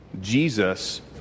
Jesus